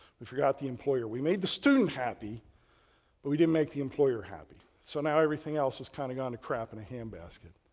we forgot the employer. we made the student happy but we didn't make the employer happy. so now everything else has kind of gone to crap in a hand basket.